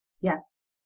Yes